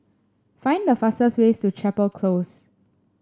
find the fastest ways to Chapel Close